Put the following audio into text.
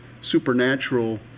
supernatural